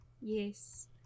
Yes